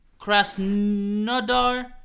Krasnodar